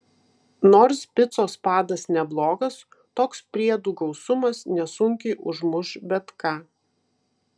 nors picos padas neblogas toks priedų gausumas nesunkiai užmuš bet ką